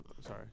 sorry